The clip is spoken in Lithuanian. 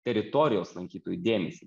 teritorijos lankytojų dėmesį